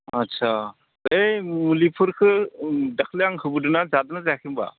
आस्सा बे मुलिफोरखौ दाख्लै आं होबोदोंना जादोंना जायाखै होम्बा